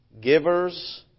Givers